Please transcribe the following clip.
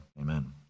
Amen